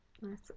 nice